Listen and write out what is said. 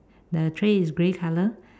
the tray is grey color